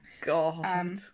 God